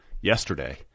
yesterday